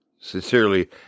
sincerely